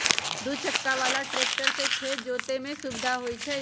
दू चक्का बला ट्रैक्टर से खेत जोतय में सुविधा होई छै